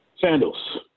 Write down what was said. Sandals